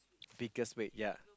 biggest wait ya